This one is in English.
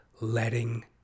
letting